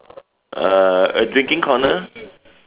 uh a drinking corner